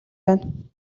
байна